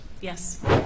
Yes